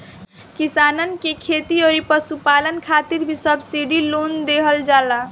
किसानन के खेती अउरी पशुपालन खातिर भी सब्सिडी लोन देहल जाला